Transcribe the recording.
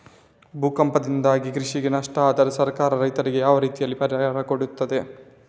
ಭೂಕಂಪದಿಂದ ಕೃಷಿಗೆ ನಷ್ಟ ಆದ್ರೆ ಸರ್ಕಾರ ರೈತರಿಗೆ ಯಾವ ರೀತಿಯಲ್ಲಿ ಪರಿಹಾರ ಕೊಡ್ತದೆ?